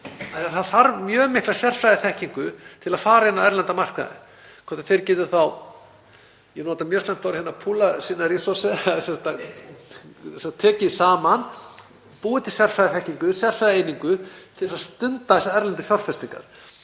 það þarf mjög mikla sérfræðiþekkingu til að fara inn á erlenda markaði. Hvort þeir geti þá — ég nota mjög slæmt orð hérna, „púllað sína rísorsa“, sem sagt tekið saman, búið til sérfræðiþekkingu, sérfræðieiningu, til að stunda þessar erlendu fjárfestingar.